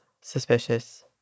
suspicious